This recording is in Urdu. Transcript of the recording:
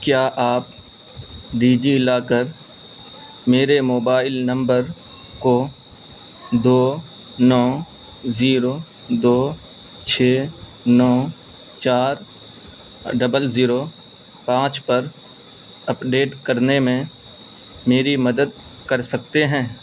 کیا آپ ڈیجی لاکر میرے موبائل نمبر کو دو نو زیرو دو چھ نو چار ڈبل زیرو پانچ پر اپڈیٹ کرنے میں میری مدد کر سکتے ہیں